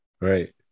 right